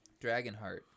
Dragonheart